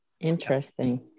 Interesting